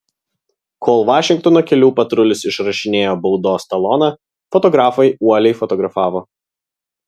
kol vašingtono kelių patrulis išrašinėjo baudos taloną fotografai uoliai fotografavo